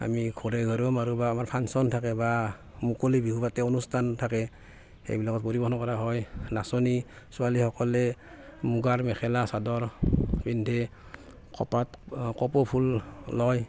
আমি ঘৰে ঘৰেও মাৰো বা আমাৰ ফাংচন থাকে বা মুকলি বিহু পাতে অনুষ্ঠান থাকে সেইবিলাকত পৰিৱেশন কৰা হয় নাচনী ছোৱালীসকলে মুগাৰ মেখেলা চাদৰ পিন্ধে কপাত কপৌফুল লয়